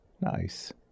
Nice